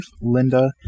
Linda